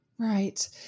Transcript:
Right